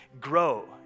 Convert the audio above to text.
grow